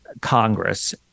Congress